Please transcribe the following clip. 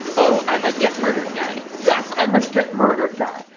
oh, i'm a get murdered guy. yeah i'm a get murdered guy.